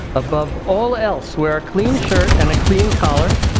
above all else, wear clean shirt and a clean collar,